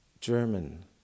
German